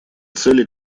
цели